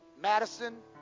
Madison